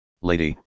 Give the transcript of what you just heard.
lady